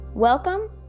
Welcome